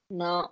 no